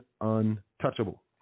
untouchable